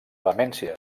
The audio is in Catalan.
vehemència